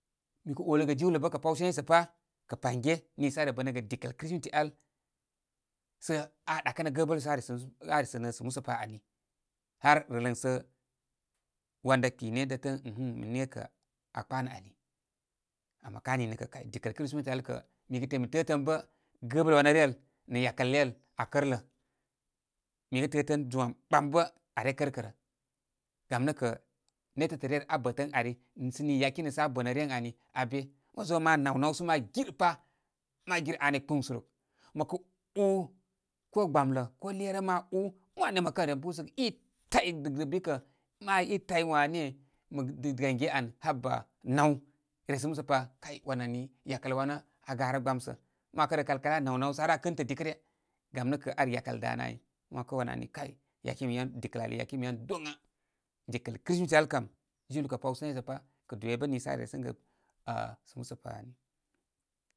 Mi kə oləgə jiwlə bə kə pawsé nay sə pá kə paŋgé niisə aa re bənəgə dikə kristimetial sə aa ɗakənə gəbəl sə aa resənə zu aa resənə sə musəpa ani, har rələn sə wan da kpine da təə ən nihin niŋkə kə aa kpanə ani. Ama ká nini rə kə kay dikəl kristmiti al kə mi kə təə min mi təə tən bə gəbal wanə ryə al nə yakəl ləy al a kərlə. Mikə təə tən zum am ɓam bə aa re kərkərə. Gamnə kə nétətə ryə ar aa bətən ari nih sə nii yakene sə aa bə nə ryə ən ani abe. Mo zo sə ma naw náwsə ma gir pa. Ma gir aa ni kpuŋsuruk, mə ka ú ko gbamlə, ko lera ma ú wane mə kən ren púsəgə. I tay bikə ma i tay wane mə gange án haba. Naw resə musə pa. kay wananni yakəl wanə aa garə gbamsə. Ma wakə rəkal kal aa náw náw sə har aa kɨntə dikəryə. Gam nə kə ar yakəl danə ai. Mə ‘wakə wan ani kay yakimi yan. Dikəl al yakimi yan doŋa. Dikəl kristimiti al kam, jiwlə kə pawshe nay sə pá. Kə do é bə niisə aa re resənəgə ah sə musə pa ani.